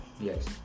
Yes